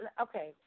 okay